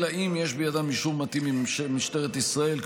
אלא אם כן יש בידם אישור מתאים ממשטרת ישראל,